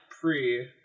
pre